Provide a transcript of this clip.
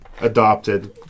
adopted